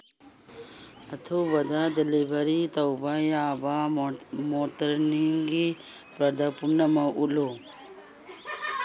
ꯑꯊꯨꯕꯗ ꯗꯤꯂꯤꯚꯔꯤ ꯇꯧꯕ ꯌꯥꯕ ꯃꯣꯔꯇꯅꯤꯡꯒꯤ ꯄ꯭ꯔꯗꯛ ꯄꯨꯝꯅꯃꯛ ꯎꯠꯂꯨ